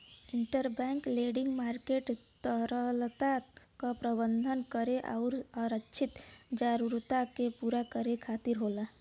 interbank lending market तरलता क प्रबंधन करे आउर आरक्षित जरूरतन के पूरा करे खातिर होला